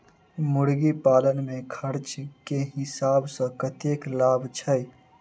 मुर्गी पालन मे खर्च केँ हिसाब सऽ कतेक लाभ छैय?